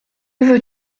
veux